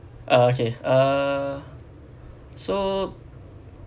orh okay uh so